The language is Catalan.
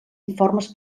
informes